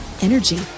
energy